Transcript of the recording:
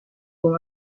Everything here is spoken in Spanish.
con